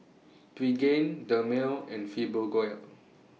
Pregain Dermale and Fibogel